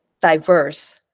diverse